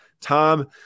Tom